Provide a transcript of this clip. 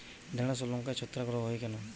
ঢ্যেড়স ও লঙ্কায় ছত্রাক রোগ কেন হয়?